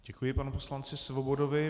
Děkuji panu poslanci Svobodovi.